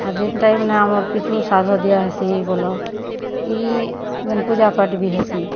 ଆର୍ ଯେନ୍ ଟାଇମ୍ ନେ ଆମର୍ ପିତୃ ଶ୍ରାଦ୍ଧ ଦିଆହେସି ବେଲ ଇ ଯେନ୍ ପୂଜାପାଠ୍ ବି ହେସି